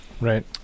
Right